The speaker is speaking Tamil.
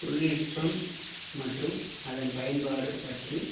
தொழில்நுட்பம் மற்றும் அதன் பயன்பாடு பற்றி